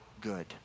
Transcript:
good